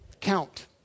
count